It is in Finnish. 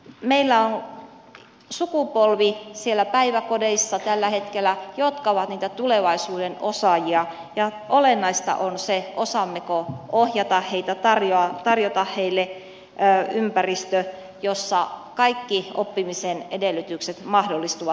meillä on siellä päiväkodeissa tällä hetkellä sukupolvi joka on niitä tulevaisuuden osaajia ja olennaista on se osaammeko ohjata heitä tarjota heille ympäristön jossa kaikki oppimisen edellytykset mahdollistuvat